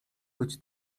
być